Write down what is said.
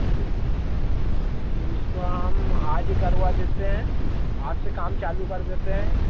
जी जी जी तो उसको हम आज ही करवा देते हैं आज से काम चालू कर देते हैं